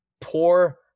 poor